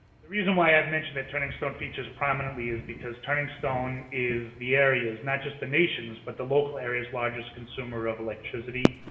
the reason why i mentioned that turning stone features prominently is because turning stone is the area's, not just the nation's but the local area's largest consumer of electricity.